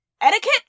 etiquette